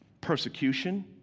Persecution